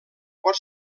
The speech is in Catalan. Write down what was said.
pot